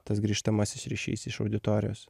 tas grįžtamasis ryšys iš auditorijos